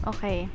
Okay